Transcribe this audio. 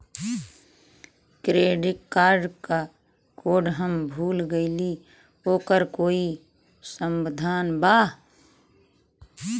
Credit card क code हम भूल गइली ओकर कोई समाधान बा?